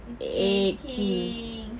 is aching